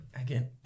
Again